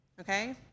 Okay